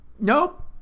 nope